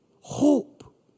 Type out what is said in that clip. hope